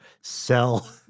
sell